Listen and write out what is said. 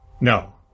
No